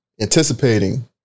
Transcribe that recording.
Anticipating